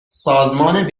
سازمان